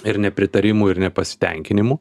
ir nepritarimų ir nepasitenkinimų